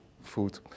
food